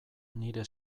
nire